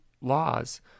laws